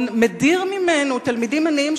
מדיר ממנו תלמידים עניים,